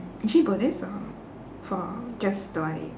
is she buddhist or for just don't want to eat